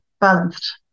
balanced